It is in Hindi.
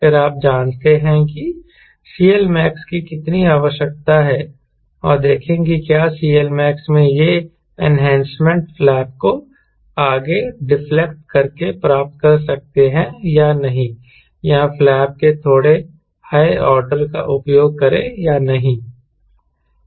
फिर आप जांचते हैं कि CLmax की कितनी आवश्यकता है और देखें कि क्या CLmax में यह एनहैंसमेंट फ्लैप को आगे डिफलेक्ट करके प्राप्त कर सकती है या नहीं या फ्लैप के थोड़े हाय ऑर्डर का उपयोग करें या नहीं